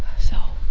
so,